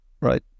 Right